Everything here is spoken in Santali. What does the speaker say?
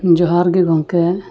ᱡᱚᱦᱟᱨ ᱜᱮ ᱜᱚᱢᱠᱮ